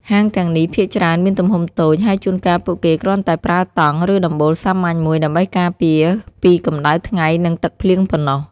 ហាងទាំងនេះភាគច្រើនមានទំហំតូច ហើយជួនកាលពួកគេគ្រាន់តែប្រើតង់ ឬដំបូលសាមញ្ញមួយដើម្បីការពារពីកម្ដៅថ្ងៃនិងទឹកភ្លៀងប៉ុណ្ណោះ។